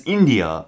India